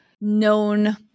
known